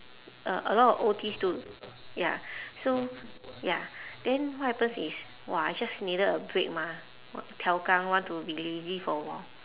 uh a lot of O_Ts too ya so ya then what happens is !wah! I just needed a break mah what tiao gang want to be lazy for a while